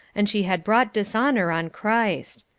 and she had brought dishonour on christ.